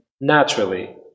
naturally